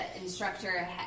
instructor